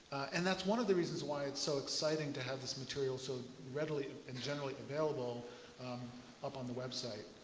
and that's one of the reasons why it's so exciting to have this material so readily and generally available up on the website.